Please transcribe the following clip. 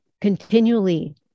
continually